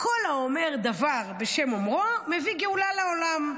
"כל האומר דבר בשם אומרו מביא גאולה לעולם",